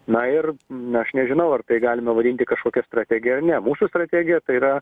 na ir na aš nežinau ar tai galima vadinti kažkokia strategija ar ne mūsų strategija tai yra